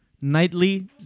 Nightly